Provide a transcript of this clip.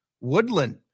Woodland